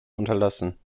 unterlassen